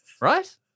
Right